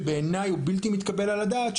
שבעיניי הוא בלתי מתקבל על הדעת,